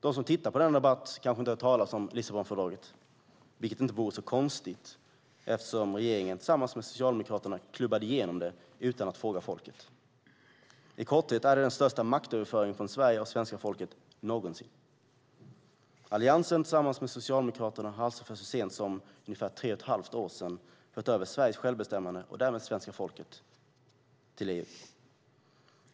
De som tittar på denna debatt har kanske inte hört om Lissabonfördraget, vilket inte vore så konstigt eftersom regeringen tillsammans med Socialdemokraterna klubbade igenom det utan att fråga folket. I korthet är det den största maktöverföringen från Sverige och svenska folket någonsin. Alliansen tillsammans med Socialdemokraterna har alltså för så sent som ungefär tre och ett halvt år sedan fört över Sveriges självbestämmande, och därmed svenska folkets, till EU.